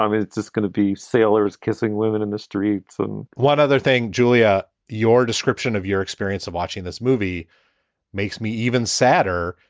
um it's just gonna be saylor's kissing women in the street and one other thing, julia. your description of your experience of watching this movie makes me even sadder,